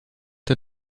der